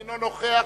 אינו נוכח,